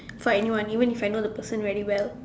for anyone even if I know the person very well